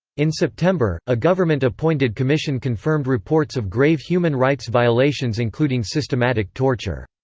in september, a government appointed commission confirmed reports of grave human rights violations including systematic torture.